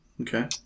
Okay